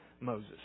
Moses